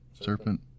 serpent